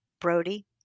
Brody